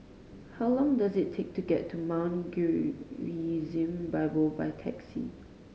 how long does it take to get to Mount Gerizim Bible by taxi